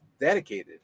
dedicated